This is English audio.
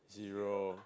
zero